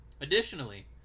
Additionally